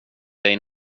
dig